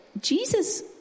Jesus